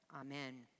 Amen